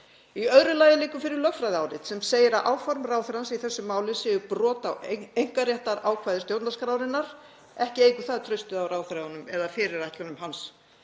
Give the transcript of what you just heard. Í öðru lagi liggur fyrir lögfræðiálit sem segir að áform ráðherrans í þessu máli séu brot á einkaréttarákvæði stjórnarskrárinnar. Ekki eykur það traustið á ráðherranum eða fyrirætlunum hans.